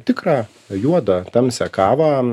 tikrą juodą tamsią kavą